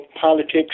politics